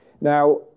Now